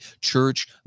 church